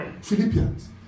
Philippians